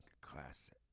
classic